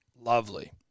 Lovely